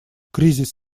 кризис